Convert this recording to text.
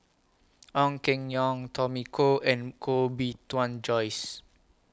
Ong Keng Yong Tommy Koh and Koh Bee Tuan Joyce